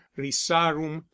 risarum